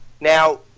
Now